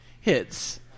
hits